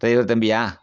driver தம்பியா